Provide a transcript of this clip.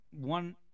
one